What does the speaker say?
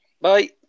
Bye